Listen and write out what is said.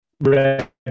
red